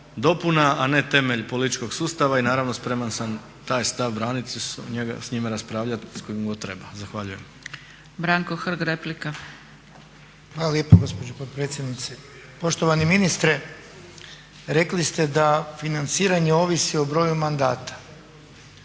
dopuna, a ne temelj političkog sustava. I naravno spreman sam taj stav braniti i o njemu raspravljati s kime god treba. Zahvaljujem. **Zgrebec, Dragica (SDP)** Branko Hrg, replika. **Hrg, Branko (HSS)** Hvala lijepo gospođo potpredsjednice. Poštovani ministre rekli ste da financiranje ovisi o broju mandata.